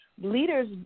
leaders